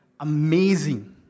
Amazing